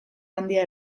handia